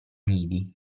nidi